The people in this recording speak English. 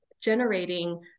generating